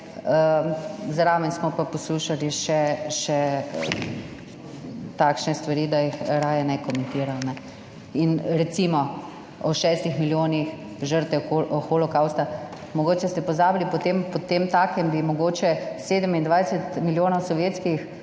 odločanje, zraven smo pa poslušali še takšne stvari, da jih raje ne komentiram. Recimo, o 6 milijonih žrtev holokavsta. Mogoče ste pozabili, potemtakem bi mogoče 27 milijonov sovjetskih